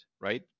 right